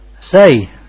say